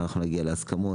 אנחנו נגיע להסכמות.